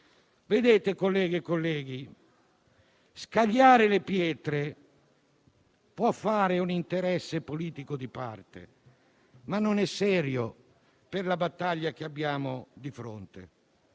Colleghe e colleghi, scagliare le pietre può servire a un interesse politico di parte, ma non è serio per la battaglia che abbiamo di fronte.